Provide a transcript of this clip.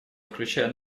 включая